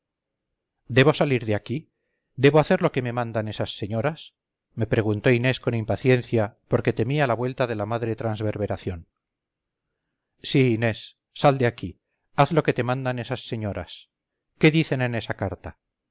debo salir de aquí debo hacer lo que me mandan esas señoras me preguntó inés con impaciencia porque temía la vuelta de la madre transverberación sí inés sal de aquí haz lo que te mandan esas señoras qué dicen en esa carta